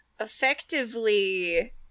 effectively